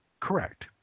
correct